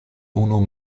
unu